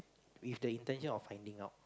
with the intention of finding out